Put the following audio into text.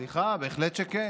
סליחה, בהחלט כן.